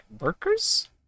Workers